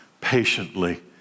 patiently